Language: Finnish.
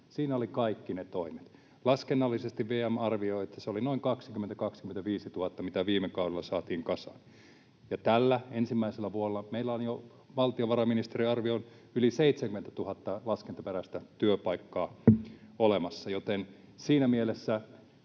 Siinä oli kaikki ne toimet. Laskennallisesti VM arvioi, että se oli noin 20 000—25 000, mitä viime kaudella saatiin kasaan. Ja tänä ensimmäisenä vuonna meillä on valtiovarainministeriön arvion mukaan jo yli 70 000 laskentaperäistä työpaikkaa olemassa. Joten siinä mielessä